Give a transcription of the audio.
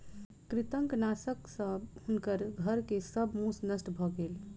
कृंतकनाशक सॅ हुनकर घर के सब मूस नष्ट भ गेल